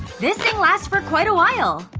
this thing lasts for quite a while!